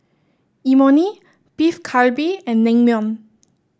Imoni Beef Galbi and Naengmyeon